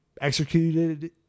executed